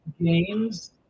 games